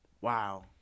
wow